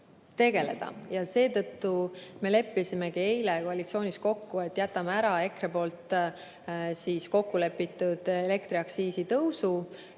tegeleda. Seetõttu me leppisimegi eile koalitsioonis kokku, et jätame ära EKRE poolt kokkulepitud elektriaktsiisi tõusu